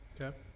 Okay